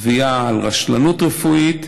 תביעה על רשלנות רפואית,